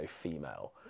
female